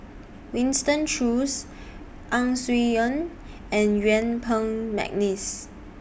Winston Choos Ang Swee and Yuen Peng Mcneice